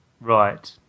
Right